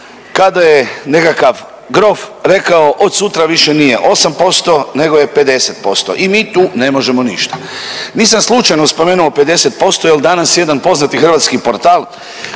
kada je nekakav grof rekao od sutra više nije 8%, nego je 50% i mi tu ne možemo ništa. Nisam slučajno spomenuo 50% jer danas jedan poznati hrvatski portal